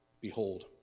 behold